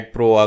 Pro